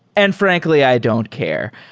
and frankly, i don't care.